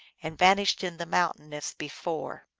and vanished in the mountain as before.